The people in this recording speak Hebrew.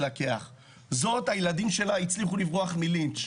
זאת הילדים שלה הצליחו לברוח מלינץ',